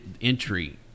entry